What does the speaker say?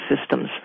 systems